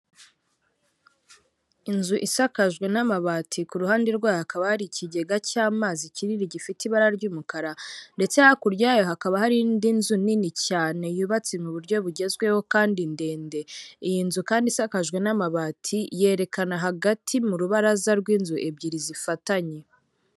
Inzu isakajwe n'amabati ku ruhande rwayo hakaba hari ikigega cy'amazi kinini gifite ibara ry'umukara ndetse hakurya yayo hakaba hari indi nzu nini cyane yubatse mu buryo bugezweho kandi ndende iyi nzu kandi isakajwe n'amabati yerekana hagati mu rubaraza rw'inzu ebyiri zifatanye.